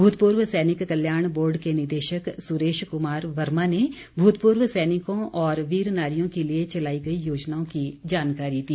भूतपूर्व सैनिक कल्याण बोर्ड के निदेशक सुरेश कुमार वर्मा ने भूतपूर्व सैनिकों और वीर नारियों के लिए चलाई गई योजनाओं की जानकारी दी